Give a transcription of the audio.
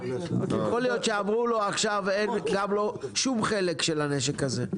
יכול להיות שאמרו לו עכשיו 'אין שום חלק של הנשק הזה'.